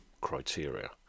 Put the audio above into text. criteria